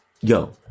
Yo